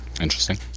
Interesting